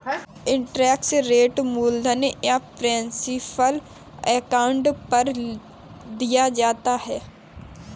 interest rate मूलधन या principal amount पर दिया जाता है